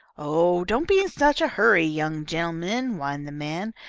oh, don't be in such a hurry, young gen'lemen, whined the man,